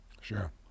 sure